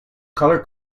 color